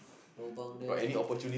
lobang then